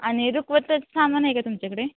आणि रुखवताचं सामान आहे का तुमच्याकडे